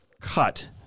cut